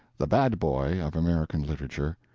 the bad boy of american literature,